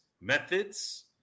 methods